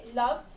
love